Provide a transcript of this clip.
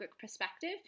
perspective